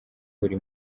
buri